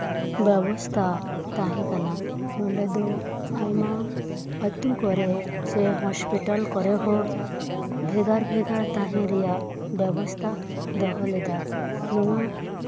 ᱵᱮᱵᱚᱥᱛᱷᱟ ᱛᱟᱸᱦᱮ ᱠᱟᱱᱟ ᱚᱱᱟᱫᱚ ᱟᱭᱢᱟ ᱟᱹᱛᱩ ᱠᱚᱨᱮᱜ ᱥᱮ ᱦᱚᱥᱯᱤᱴᱟᱞ ᱠᱚᱨᱮᱦᱚᱸ ᱵᱷᱮᱜᱟᱨ ᱵᱷᱮᱜᱟᱨ ᱛᱟᱸᱦᱮ ᱨᱮᱭᱟᱜ ᱵᱮᱵᱚᱥᱛᱷᱟ ᱞᱮᱫᱟ ᱱᱚᱣᱟ